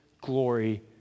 glory